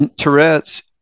Tourette's